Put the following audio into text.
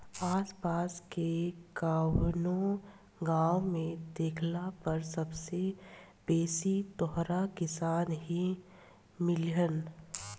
आस पास के कवनो गाँव में देखला पर सबसे बेसी तोहरा किसान ही मिलिहन